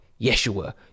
yeshua